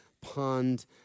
pond